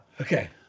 Okay